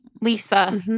Lisa